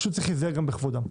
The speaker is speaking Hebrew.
פשוט צריך להיזהר גם בכבודם.